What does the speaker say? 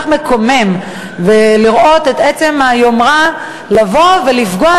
זה כל כך מקומם לראות את עצם היומרה לבוא ולפגוע